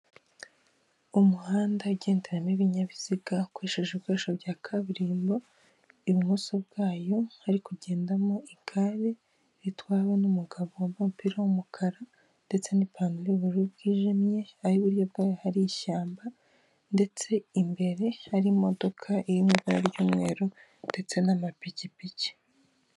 Umuhanda ugenderamo ibinyabiziga Ukoreshejwe ibikoresho bya kaburimbo, ibumoso bwayo hari kugendamo igare ritwawe n'umugabo wambaye umupira w'umukara, ndetse n'ipantaro y'ubururu bwijimye, iburyo bwayo hari ishyamba ndetse imbere harimo hari imodoka irimo ibara ry'umweru ndetse n'amapikipiki.